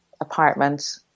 apartment